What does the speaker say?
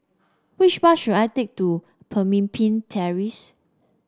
which bus should I take to Pemimpin Terrace